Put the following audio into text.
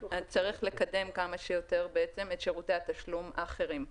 צריך לקם כמה שיותר את שירותי התשלום האחרים.